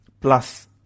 plus